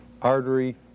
artery